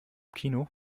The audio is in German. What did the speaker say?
kino